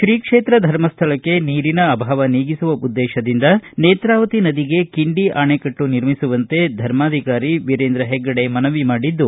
ಶ್ರೀ ಕ್ಷೇತ್ರ ಧರ್ಮಸ್ಥಳಕ್ಕೆ ನೀರಿನ ಅಭಾವ ನೀಗಿಸುವ ಉದ್ಗೇತದಿಂದ ನೇತ್ರಾವತಿ ನದಿಗೆ ಕಿಂಡಿ ಅಣೆಕಟ್ಟು ನಿರ್ಮಿಸುವಂತೆ ಧರ್ಮಾಧಿಕಾರಿ ವೀರೇಂದ್ರ ಹೆಗ್ಗಡೆ ಮನವಿ ಮಾಡಿದ್ದು